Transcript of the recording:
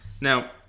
Now